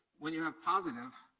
when you have positive